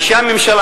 אנשי הממשלה,